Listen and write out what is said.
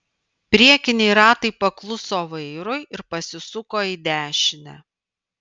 priekiniai ratai pakluso vairui ir pasisuko į dešinę